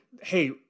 hey